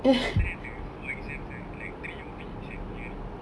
then after that the for exams right like three of it is like theory